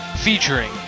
Featuring